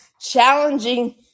challenging